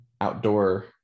outdoor